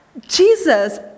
Jesus